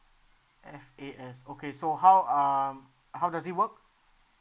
F_A_S okay so how um how does it work